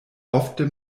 ofte